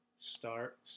Start